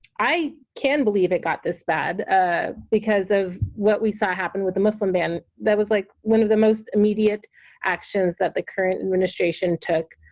i can believe it got this bad ah because of what we saw happened with the muslim ban, that was like one of the most immediate actions that the current administration took.